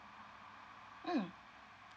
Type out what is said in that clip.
mm